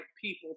people